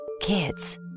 Kids